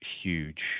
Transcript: huge